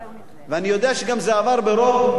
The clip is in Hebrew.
ואני יודע שגם זה עבר ברוב ברור.